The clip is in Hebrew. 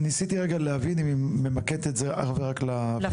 אבל ניסיתי רגע להבין אם היא ממקדת את זה אך ורק לפיליפינים.